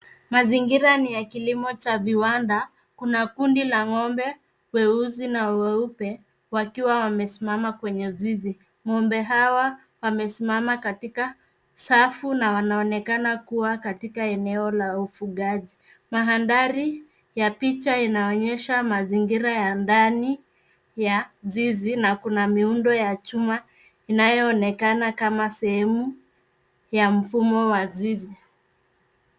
Mazingira ni ya kilimo cha viwanda. Kuna kundi la ngombe weusi na weupe wakiwa wamesimama kwenye zizi. Ng'ombe hawa wamesimama katika safu na wanaonekana kuwa katika eneo la ufugaji. Mandhari ya picha inaonyesha mazingira ya ndani ya zizi na kuna miundo ya chuma inaonekana kama sehemu ya mfumo wa zizi.